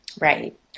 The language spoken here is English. right